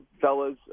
fellas